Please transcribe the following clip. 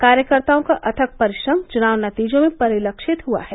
कार्यकर्ताओं का अथक परिश्रम चुनाव नतीजों में परिलक्षित हुआ है